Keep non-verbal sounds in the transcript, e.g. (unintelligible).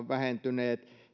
(unintelligible) vähentyneet